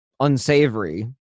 unsavory